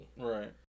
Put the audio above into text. Right